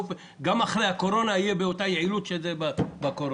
שגם אחרי הקורונה זה יהיה באותה יעילות כפי שזה בקורונה.